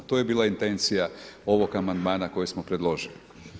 To je bila intencija ovog amandmana kojeg smo predložili.